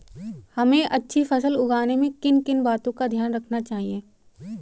हमें अच्छी फसल उगाने में किन किन बातों का ध्यान रखना चाहिए?